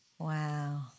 Wow